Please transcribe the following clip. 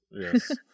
yes